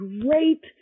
great